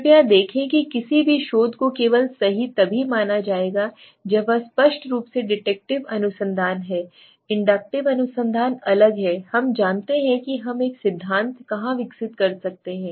कृपया देखें कि किसी भी शोध को केवल तभी सही माना जाएगा जब वह स्पष्ट रूप से डिडक्टिव अनुसंधान है इंडक्टिव अनुसंधान अलग है हम जानते हैं कि हम एक सिद्धांत कहां विकसित करते हैं